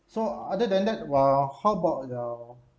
so other than that !wah! how about your